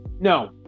no